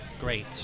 Great